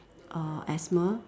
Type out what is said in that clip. uh asthma